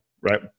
right